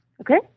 Okay